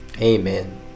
amen